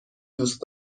دوست